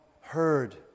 heard